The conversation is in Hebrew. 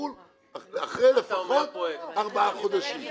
העיקול אחרי לפחות ארבעה חודשים.